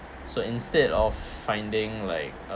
so instead of finding like